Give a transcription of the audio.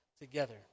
together